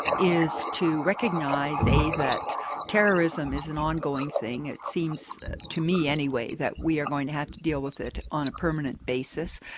is to recognise, a that terrorism is an ongoing thing, it seems to me, anyway, that we are going to have to deal with it on a permanent basis,